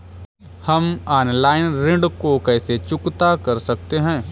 हम ऑनलाइन ऋण को कैसे चुकता कर सकते हैं?